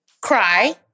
Cry